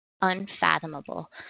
unfathomable